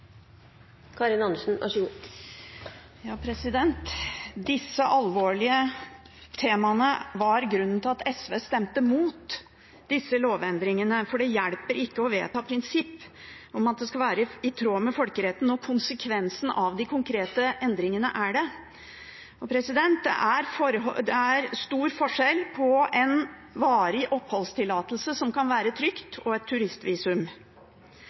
Karin Andersen – til siste oppfølgingsspørsmål. Disse alvorlige temaene var grunnen til at SV stemte imot disse lovendringene. Det hjelper ikke å vedta et prinsipp om at det skal være i tråd med folkeretten, når konsekvensen av de konkrete endringene ikke er det. Det er stor forskjell på varig oppholdstillatelse, som kan være trygt, og et turistvisum.